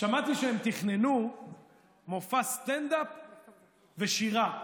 שמעתי שהם תכננו מופע סטנד-אפ ושירה.